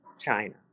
China